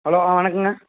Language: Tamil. ஹலோ ஆ வணக்கங்க